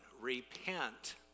repent